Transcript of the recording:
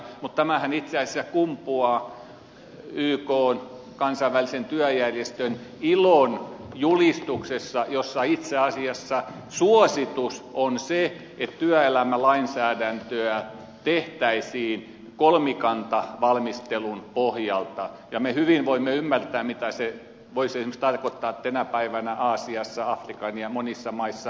mutta tämähän itse asiassa kumpuaa ykn kansainvälisen työjärjestön ilon julistuksesta jossa itse asiassa suositus on se että työelämälainsäädäntöä tehtäisiin kolmikantavalmistelun pohjalta ja me hyvin voimme ymmärtää mitä se voisi esimerkiksi tarkoittaa tänä päivänä aasiassa ja monissa afrikan maissa